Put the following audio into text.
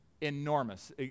enormous